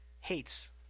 hates